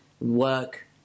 work